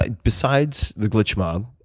ah besides the glitch mob,